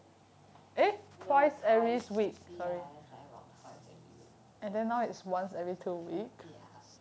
no twice ya it was about twice every week ya